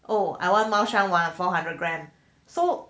oh I want mao shan wang four hundred gram